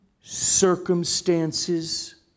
circumstances